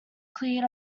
cleared